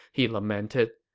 he lamented.